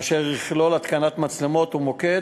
אשר יכלול התקנת מצלמות ומוקד,